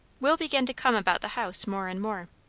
will began to come about the house more and more.